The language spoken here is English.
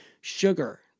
sugar